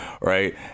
right